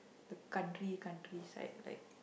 the country country side like